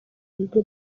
bigo